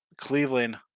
Cleveland